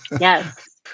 Yes